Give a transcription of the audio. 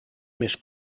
més